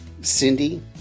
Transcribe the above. Cindy